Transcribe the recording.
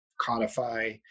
codify